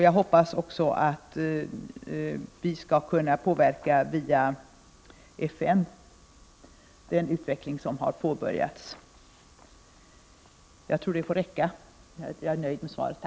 Jag hoppas också att vi via FN skall kunna påverka den utveckling som har påbörjats. Jag tror att jag nöjer mig med detta, eftersom jag är nöjd med svaret.